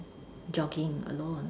jogging alone